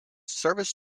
service